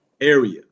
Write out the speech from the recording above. area